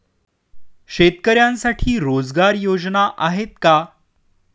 शेतकऱ्यांसाठी रोजगार योजना आहेत का?